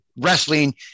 wrestling